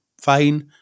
fine